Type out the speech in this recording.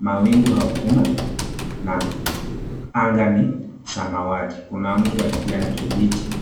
mawingu hakuna na anga ni samawati, kuna mti wa kijani kibichi.